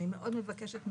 אני מבקשת מאוד,